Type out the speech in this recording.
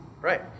right